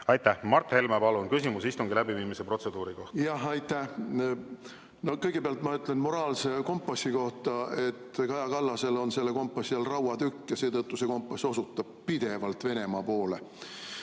jõua. Mart Helme, palun, küsimus istungi läbiviimise protseduuri kohta! Aitäh! Kõigepealt ma ütlen moraalse kompassi kohta: Kaja Kallasel on selle kompassi all rauatükk ja seetõttu see kompass osutab pidevalt Venemaa poole.